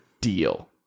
deal